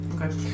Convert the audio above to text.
okay